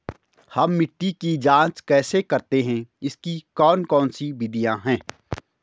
हम मिट्टी की जांच कैसे करते हैं इसकी कौन कौन सी विधियाँ है?